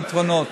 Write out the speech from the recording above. פתרונות.